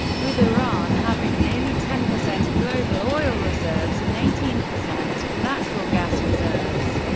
with iran having nearly ten percent of global oil reserves and eighteen percent of natural gas reserves.